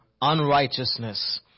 unrighteousness